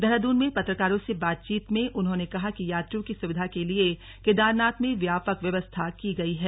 देहरादून में पत्रकारों से बातचीत में उन्होंने कहा कि यात्रियों की सुविधा के लिये केदारनाथ में व्यापक व्यवस्था की गई है